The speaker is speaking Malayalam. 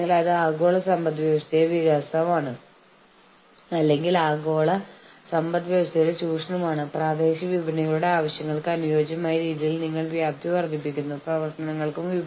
അതിനാൽ നിങ്ങൾ പൊതുവായ പരിഹാരങ്ങളുടെ വ്യാപ്തി വിപുലീകരിക്കുകയാണെങ്കിൽ അത് എല്ലായ്പ്പോഴും ഇരു കക്ഷികളെയും ഒരു സംയോജിത വിലപേശൽ വ്യായാമത്തിലേക്ക് പോകാൻ സഹായിക്കുന്നു